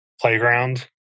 playground